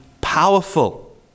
powerful